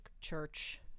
church